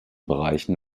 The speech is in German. bereichen